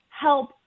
help